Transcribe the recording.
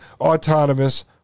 autonomous